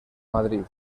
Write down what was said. madrid